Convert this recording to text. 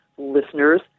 listeners